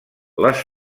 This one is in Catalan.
les